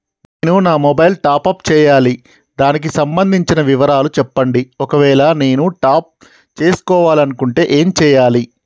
నేను నా mobile top up చేయాలి దానికి సంబంధించిన వివరాలు చెప్పండి ఒకవేళ నేను టాప్ చేసుకోవాలనుకుంటే ఏం చేయాలి?